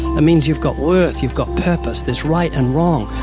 it means you've got worth. you've got purpose. there's right and wrong.